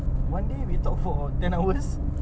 one day we talk for ten hours